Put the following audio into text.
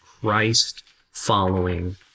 Christ-following